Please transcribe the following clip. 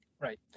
Right